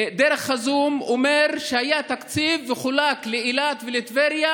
דרך הזום אומר שהיה תקציב שחולק לאילת ולטבריה,